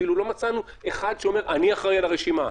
אפילו לא מצאנו אחד שאומר: אני אחראי על הרשימה,